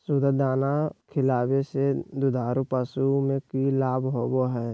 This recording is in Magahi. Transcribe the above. सुधा दाना खिलावे से दुधारू पशु में कि लाभ होबो हय?